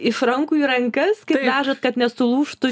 iš rankų į rankas kaip vežat kad nesulūžtų